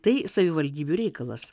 tai savivaldybių reikalas